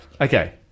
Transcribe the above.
Okay